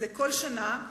וזה בכל שנה.